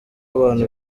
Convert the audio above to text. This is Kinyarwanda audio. abantu